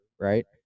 right